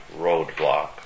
roadblock